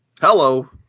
Hello